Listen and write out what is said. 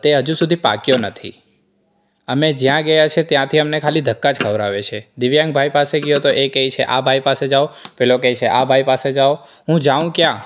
તે હજુ સુધી પાક્યો નથી અમે જ્યાં ગયા છીએ ત્યાંથી અમને ખાલી ધક્કા જ ખવડાવે છે દિવ્યાંગભાઈ પાસે ગયો તો એ કેય છે આ ભાઈ પાસે જાઓ પેલો કે છે કે આ ભાઈ પાસે જાવ હું જાઉં ક્યાં